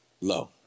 low